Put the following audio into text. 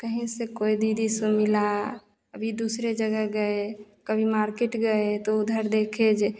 कहीं से कोई भी मिला अभी दूसरे जगह गए कभी मार्केट गए तो उधर देखे जो